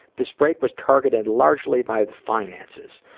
this break was targeted largely by finances.